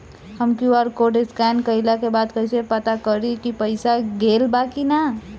हम QR code scan कइला के बाद कइसे पता करि की पईसा गेल बा की न?